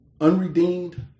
unredeemed